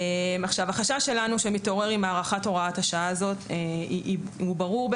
החשש שלנו שמתעורר עם הארכת הוראת השעה הזו הוא ברור.